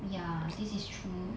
ya this is true